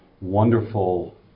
wonderful